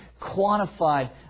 quantified